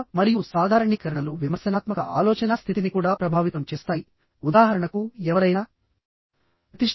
హోదా మరియు సాధారణీకరణలు విమర్శనాత్మక ఆలోచనా స్థితిని కూడా ప్రభావితం చేస్తాయి ఉదాహరణకు ఎవరైనా ప్రతిష్టాత్మక అవార్డును గెలుచుకున్నారు